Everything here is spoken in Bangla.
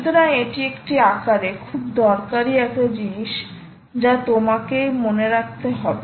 সুতরাং এটি কিছু আকারে খুব দরকারি একটা জিনিস যা তোমাকে মনে রাখতে হবে